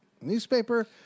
newspaper